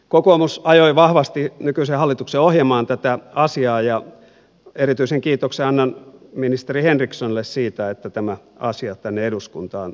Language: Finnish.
kokoomus ajoi vahvasti nykyisen hallituksen ohjelmaan tätä asiaa ja erityisen kiitoksen annan ministeri henrikssonille siitä että tämä asia tänne eduskuntaan tuotiin